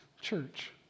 church